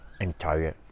entire